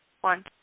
One